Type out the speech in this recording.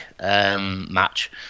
match